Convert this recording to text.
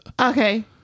Okay